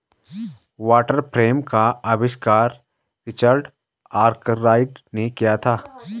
water frame का आविष्कार Richard Arkwright ने किया था